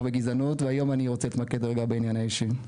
בגזענות והיום אני רוצה להתמקד רגע בעניין האישי.